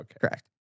Correct